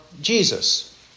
Jesus